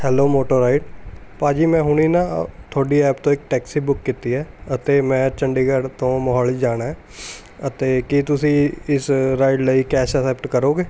hello moto ride ਭਾਜੀ ਮੈਂ ਹੁਣੇ ਨਾ ਤੁਹਾਡੀ ਐਪ ਤੋਂ ਇੱਕ ਟੈਕਸੀ ਬੁੱਕ ਕੀਤੀ ਹੈ ਅਤੇ ਮੈਂ ਚੰਡੀਗੜ੍ਹ ਤੋਂ ਮੋਹਾਲੀ ਜਾਣਾ ਹੈ ਅਤੇ ਕੀ ਤੁਸੀਂ ਇਸ ਰਾਈਡ ਲਈ ਕੈਸ਼ ਐਕਸੈਪਟ ਕਰੋਗੇ